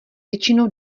většinou